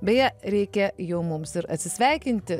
beje reikia jau mums ir atsisveikinti